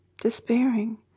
Despairing